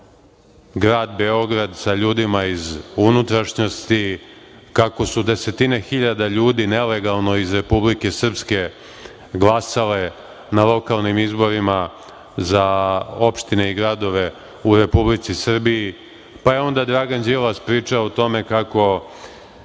grad Beograd sa ljudima iz unutrašnjosti, kako su desetine hiljada ljudi nelegalno iz Republike Srpske glasali na lokalnim izborima za opštine i gradove u Republici Srbiji, pa je onda Dragan Đilas pričao o tome kako